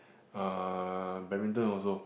uh badminton also